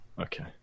Okay